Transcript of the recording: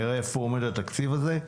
נראה איפה עומד התקציב הזה.